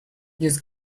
just